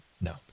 No